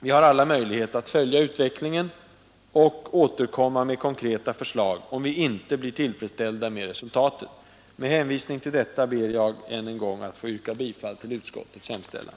Vi har alla möjlighet att följa utvecklingen och att återkomma med konkreta förslag, om vi inte blir tillfredsställda med resultatet. Med hänvisning till detta ber jag än en gång att få yrka bifall till illan.